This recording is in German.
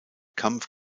kampf